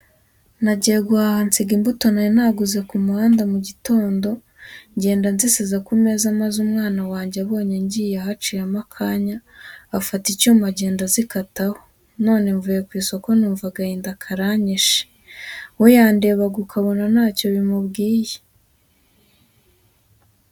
Nagiye guhaha nsiga imbuto nari naguze ku muhanda mu gitondo, ngenda nzisize ku meza maze umwana wanjye abonye ngiye, haciyemo akanya afata icyuma agenda azikataho none mvuye ku isoko numva agahinda karanyishe. We yandebaga ukabona ntacyo bimubwiye.